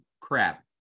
crap